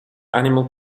animal